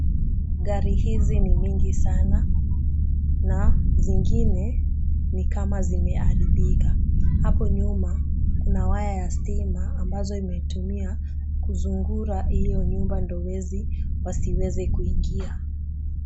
Gari hizi ni mingi sana na zingine ni kama zimeharibika. Hapo nyuma kuna waya ya stima ambazo imetumia kuzungura hiyo nyumba ndio wezi wasiweze kuingia.